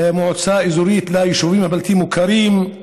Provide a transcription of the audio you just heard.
מועצה אזורית ליישובים הבלתי-מוכרים,